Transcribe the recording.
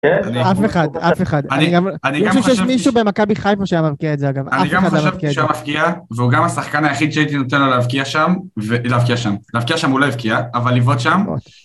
אף אחד, אף אחד. אני גם חושב... יש מישהו במכבי חיפה שהיה מבקיע את זה, אגב. אני גם חושב שהוא היה מבקיע, והוא גם השחקן היחיד שהייתי נותן לו להבקיע שם, להבקיע שם. להבקיע שם הוא לא הבקיע, אבל לבעוט שם...